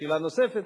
שאלה נוספת,